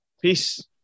Peace